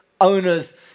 owner's